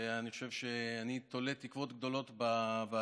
אני חושב שאני תולה תקוות גדולות בוועדה